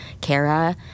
Kara